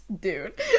dude